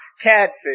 catfish